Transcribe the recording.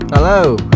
hello